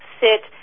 sit